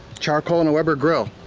charcoal and a weber grill.